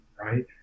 right